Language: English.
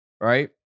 right